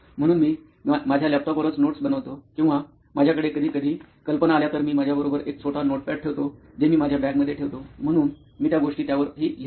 म्हणून मी माझ्या लॅपटॉप वरच नोट्स बनवतो किंवा माझ्याकडे कधीकधी कल्पना आल्या तर मी माझ्याबरोबर एक छोटा नोटपॅड ठेवतो जे मी माझ्या बॅग मध्ये ठेवतो म्हणून मी त्या गोष्टी त्यावर ही लिहितो